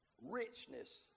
richness